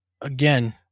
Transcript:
again